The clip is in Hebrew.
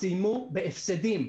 סיימו בהפסדים.